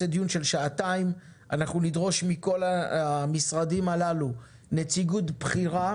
אנחנו נדרוש מכל המשרדים הרלוונטיים נציגות בכירה.